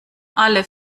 alle